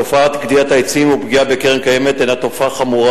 תופעת גדיעת העצים ופגיעה בקרן-קיימת הינה תופעה חמורה,